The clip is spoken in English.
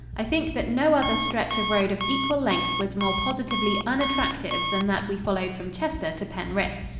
i think that no other stretch of road of equal length was more positively unattractive than that we followed from chester to penrith.